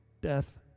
death